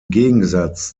gegensatz